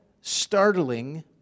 startling